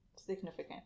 significant